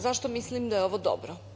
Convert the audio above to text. Zašto mislim da je ovo dobro?